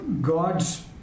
God's